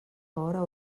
hora